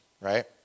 right